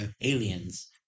aliens